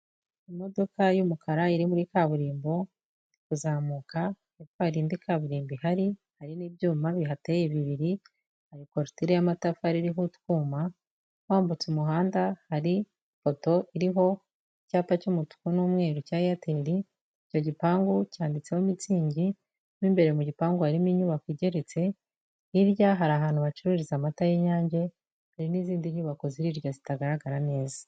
Imodoka y'umukara iri muri kaburimbo, iri kuzamuka hepfo indi kaburimbo ihari, hari n'ibyuma bihateye bibiri, korutire y'amatafari hariho utwuma, wambutse umuhanda hari ifoto iriho icyapa cy'umutuku n'umweru cya Airtel, icyo gipangu cyanditseho Mitzing, mo imbere mu gipangu harimo inyubako igeretse, hirya hari ahantu bacururiza amata y'Inyange, hari n'izindi nyubako ziri hirya zitagaragara neza.